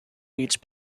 each